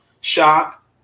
shock